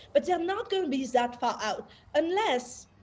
but they're not going to be that far out unless,